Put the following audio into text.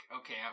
okay